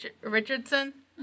Richardson